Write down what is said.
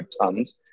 tons